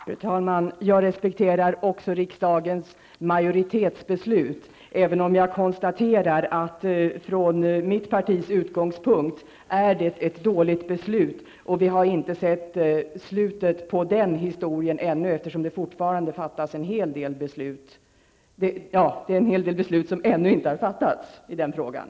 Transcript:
Fru talman! Jag respekterar också riksdagens majoritetsbeslut. Men jag konstaterar att det från mitt partis utgångspunkt är ett dåligt beslut. Vi har inte sett slutet på den här historien ännu. En hel del beslut har ju ännu inte fattats i frågan.